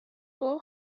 blow